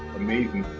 amazing